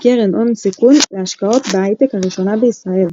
- קרן הון סיכון להשקעות בהיי טק הראשונה בישראל.